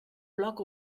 bloc